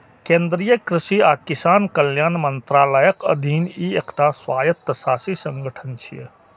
केंद्रीय कृषि आ किसान कल्याण मंत्रालयक अधीन ई एकटा स्वायत्तशासी संगठन छियै